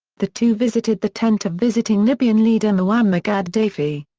the two visited the tent of visiting libyan leader muammar gaddafi.